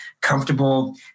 comfortable